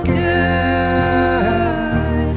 good